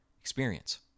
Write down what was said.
experience